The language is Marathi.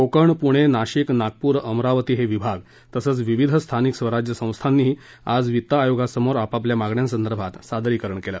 कोकण पुणे नाशिक नागपूर अमरावती हे विभाग तसच विविध स्थानिक स्वराज्य संस्थांनीही आज वित्त आयोगासमोर आपापल्या मागण्यांसदर्भात सादरीकरण केलं